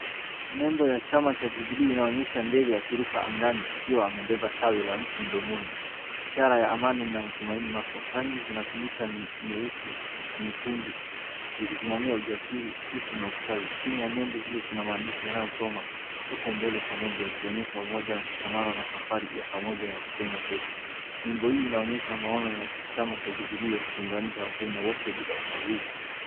Nembo ya chama cha jubilii inaonyesha ndege akiruka angani akiwa amebeba tawi la mti mdomoni. Ishara ya amani na matumaini mapya. Rangi zinatumika ni nyeusi, nyekundu zikisimamia ujasiri, utu na ustawi. Chini ya nembo hiyo kuna maandishi yanayosoma "Tuko mbele pamoja" akionyesha umoja wa mshikamano na safari ya pamoja ya kujenga taifa. Nembo hii inaonyesha maono ya chama cha jubilee ya kuunganisha Wakenya wote bila ya ubaguzi.